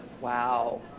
Wow